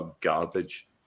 garbage